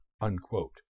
unquote